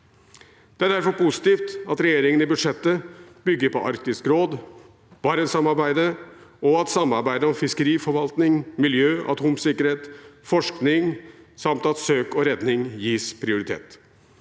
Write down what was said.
Det er derfor positivt at regjeringen i budsjettet bygger på Arktisk råd, Barentssamarbeidet, samarbeid om fiskeriforvaltning, miljø, atomsikkerhet og forskning, samt at søk og redning gis prioritet.